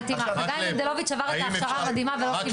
חגי מנדלוביץ עבר את ההכשרה המתאימה ולא קיבל